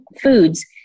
foods